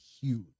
huge